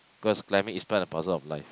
cause climbing is part and parcel of life